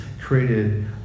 created